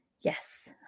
yes